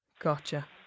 Gotcha